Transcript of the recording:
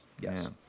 yes